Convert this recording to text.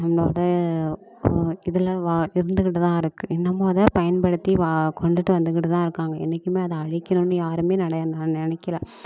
நம்மளோட இதில் வா இருந்துக்கிட்டு தான் இருக்கு இன்னமும் அதை பயன்படுத்தி வ கொண்டுகிட்டு வந்துக்கிட்டு தான் இருக்காங்க என்னைக்குமே அதை அழிக்கணுன்னு யாருமே நின நான் நினைக்கல